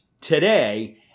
today